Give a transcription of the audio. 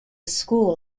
school